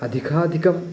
अधिकाधिकम्